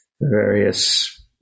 various